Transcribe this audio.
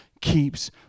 keeps